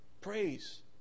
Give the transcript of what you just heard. Praise